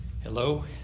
Hello